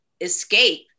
escape